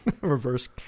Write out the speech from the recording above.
reverse